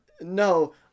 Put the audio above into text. No